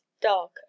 dark